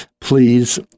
Please